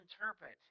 interpret